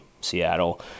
Seattle